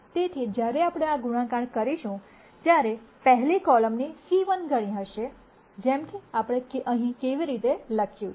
તેથી જ્યારે આપણે આ ગુણાકાર કરીશું ત્યારે આ પહેલી કોલમની c1 ગણી હશે જેમ કે આપણે અહીં કેવી રીતે લખ્યું છે